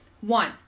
One